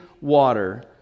water